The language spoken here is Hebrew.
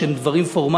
שאלה דברים פורמליים,